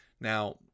Now